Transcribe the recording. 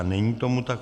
Není tomu tak.